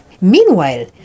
Meanwhile